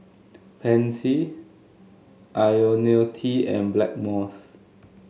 Pansy IoniL T and Blackmores